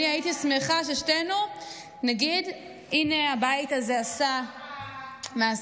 אני הייתי שמחה ששתינו נגיד: הינה הבית הזה עשה נכון.